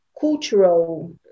cultural